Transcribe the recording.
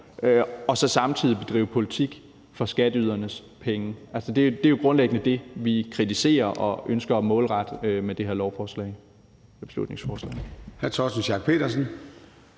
og så samtidig bedriver politik for skatteydernes penge. Altså, det er jo grundlæggende det, vi kritiserer og ønsker at målrette med det her beslutningsforslag.